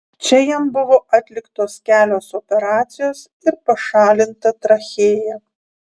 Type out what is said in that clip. čia jam buvo atliktos kelios operacijos ir pašalinta trachėja